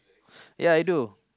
ya I do